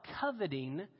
coveting